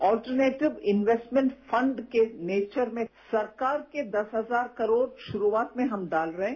alternative investment fund के nature में सरकार के दस हजार करोड शुरूआत में हम डाल रहे हैं